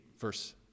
verse